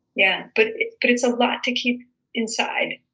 yeah. but it's a lot to keep inside.